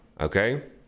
okay